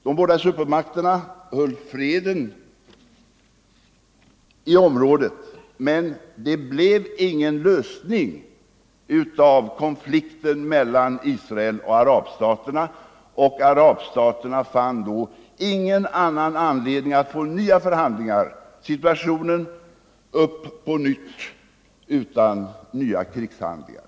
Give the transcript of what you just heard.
De båda supermakterna höll freden i området, men någon lösning av konflikten mellan Israel och arabstaterna kom inte till stånd. Arabstaterna fann då ingen annan väg till nya förhandlingar än nya krigshandlingar.